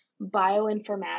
bioinformatics